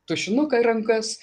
tušinuką į rankas